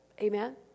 Amen